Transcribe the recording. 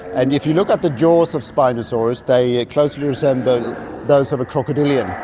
and if you look at the jaws of spinosaurus they closely resemble those of a crocodilian.